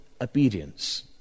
obedience